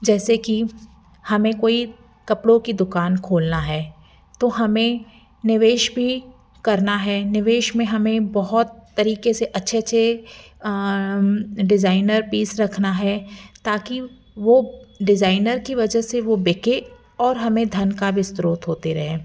जैसे कि हमें कोई कपड़ों की दुकान खोलना है तो हमें निवेश भी करना है निवेश में हमें बहुत तरीक़े से अच्छे अच्छे डिज़ाइनर पीस रखना है ताकि वो डिज़ाइनर की वजह से वो बिके और हमें धन का भी स्रोत होते रहे